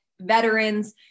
veterans